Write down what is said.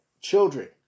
children